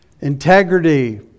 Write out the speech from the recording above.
integrity